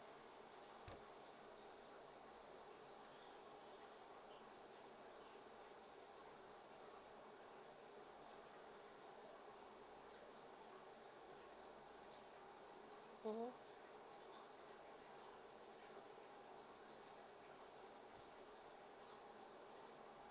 mm